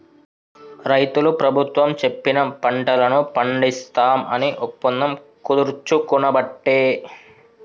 రైతులు ప్రభుత్వం చెప్పిన పంటలను పండిస్తాం అని ఒప్పందం కుదుర్చుకునబట్టే